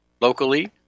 locally